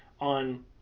on